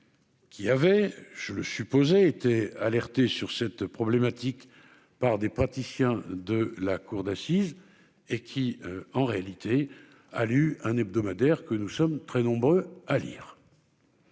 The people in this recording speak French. Qui avait, je le supposé été alerté sur cette problématique par des praticiens de la cour d'assises et qui en réalité a lu un hebdomadaire que nous sommes très nombreux à lire.